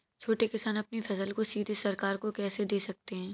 छोटे किसान अपनी फसल को सीधे सरकार को कैसे दे सकते हैं?